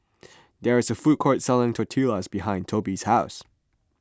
there is a food court selling Tortillas behind Toby's house